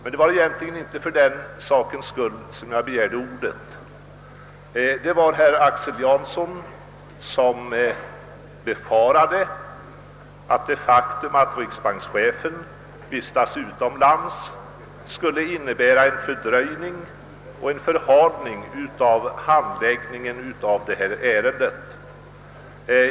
Det var emellertid inte för att säga detta som jag i första hand begärde ordet, utan anledningen var herr Janssons farhågor att riksbankschefens vistelse utomlands skulle innebära en fördröjning och en förhalning av detta ärendes handläggning.